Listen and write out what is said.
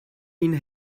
ihnen